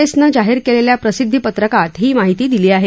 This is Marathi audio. ए नं जाहीर केलेल्या प्रसिद्धीपत्रकात ही माहिती दिली आहे